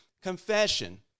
confession